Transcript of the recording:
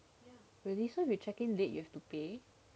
really so when you check in late you have to pay